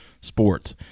sports